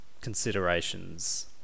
considerations